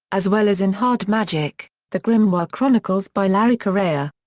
as well as in hard magic the grimnoir chronicles by larry correia.